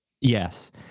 Yes